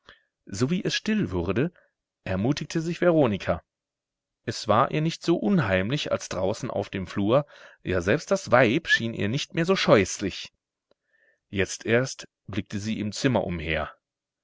sowie es still wurde ermutigte sich veronika es war ihr nicht so unheimlich als draußen auf dem flur ja selbst das weib schien ihr nicht mehr so scheußlich jetzt erst blickte sie im zimmer umher